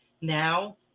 now